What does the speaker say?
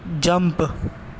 jump